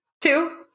two